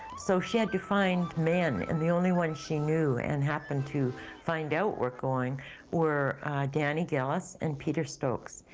so she had to find men and the only ones she knew and happened to find out were going were danny gillis and peter stokes.